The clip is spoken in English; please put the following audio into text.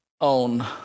own